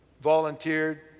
volunteered